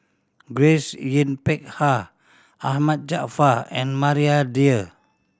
Grace Yin Peck Ha Ahmad Jaafar and Maria Dyer